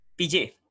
Pj